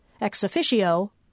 Ex-officio